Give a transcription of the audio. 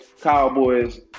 Cowboys